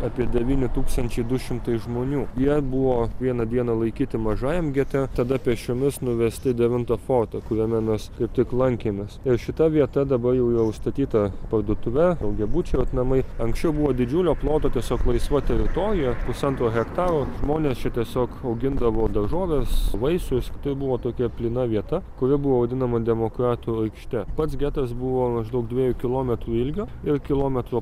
apie devyni tūkstančiai du šimtai žmonių jie buvo vieną dieną laikyti mažajam gete tada pėsčiomis nuvesti į devintą fortą kuriame mes kaip tik lankėmės ir šita vieta dabar jų jau statyta parduotuve daugiabučiai vat namai anksčiau buvo didžiulio ploto tiesiog laisva teritorija pusantro hektaro o žmonės čia tiesiog augindavo daržoves vaisius tai buvo tokia plyna vieta kuri buvo vadinama demokratų aikšte pats getas buvo maždaug dviejų kilometrų ilgio ir kilometro